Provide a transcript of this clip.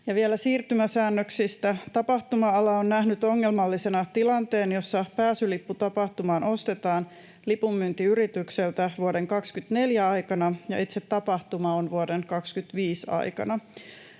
vielä siirtymäsäännöksistä: Tapahtuma-ala on nähnyt ongelmallisena tilanteen, jossa pääsylippu tapahtumaan ostetaan lipunmyyntiyritykseltä vuoden 24 aikana ja itse tapahtuma on vuoden 25 aikana.